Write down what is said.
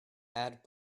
add